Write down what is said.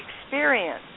experience